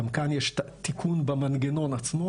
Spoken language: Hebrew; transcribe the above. גם כאן יש תיקון במנגנון עצמו.